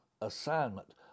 assignment